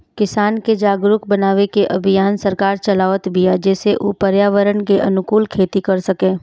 किसान के जागरुक बनावे के अभियान सरकार चलावत बिया जेसे उ पर्यावरण के अनुकूल खेती कर सकें